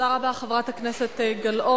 תודה רבה, חברת הכנסת גלאון.